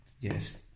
yes